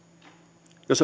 jos